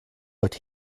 but